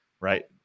right